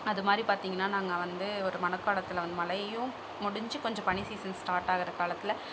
அது மாதிரி பார்த்தீங்கனா நாங்கள் வந்து ஒரு மழை காலத்தில் மழையயும் முடிஞ்சு கொஞ்சம் பனி சீசன் ஸ்டார்ட் ஆகிற காலத்தில்